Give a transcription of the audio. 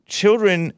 children